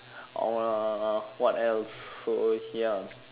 or uh what else so ya